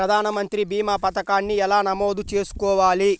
ప్రధాన మంత్రి భీమా పతకాన్ని ఎలా నమోదు చేసుకోవాలి?